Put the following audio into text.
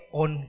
on